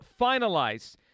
finalized